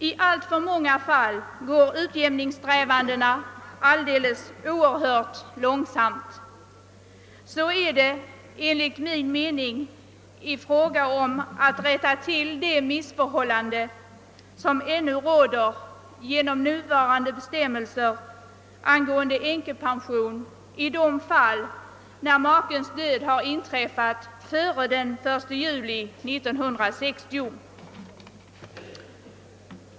I alltför många fall går utjämningssträvandena alldeles oerhört långsamt. Så är det enligt min mening då det gäller att rätta till de missförhållanden som nuvarande bestämmelser angående änkepension innebär i de fall när makens död har inträffat före den 1 juli 1960.